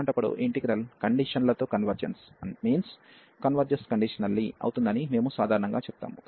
అలాంటప్పుడు ఈ ఇంటిగ్రల్ కండిషన్ల తో కన్వర్జెన్స్ అవుతుందని మేము సాధారణంగా చెప్తాము